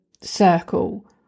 circle